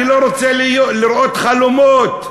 אני לא רוצה לראות חלומות,